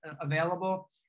available